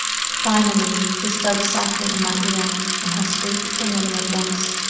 finally, she spoke softly in my ear in her sweet familiar voice.